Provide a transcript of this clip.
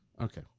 Okay